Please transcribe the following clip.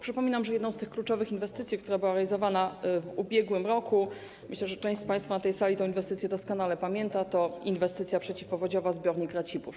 Przypominam, że jedną z kluczowych inwestycji, która była realizowana w ub.r. - myślę, że część z państwa na tej sali tę inwestycję doskonale pamięta - jest inwestycja przeciwpowodziowa, zbiornik Racibórz.